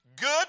good